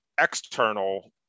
external